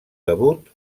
debut